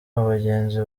abagenzi